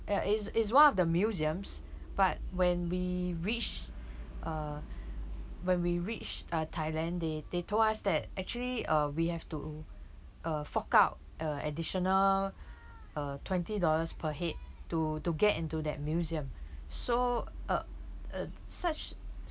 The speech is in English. ya is is one of the museums but when we reached uh when we reached uh thailand they they told us that actually uh we have to uh fork out a additional uh twenty dollars per head to to get into that museum so uh uh such